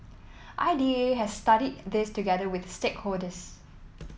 I D A has studied this together with stakeholders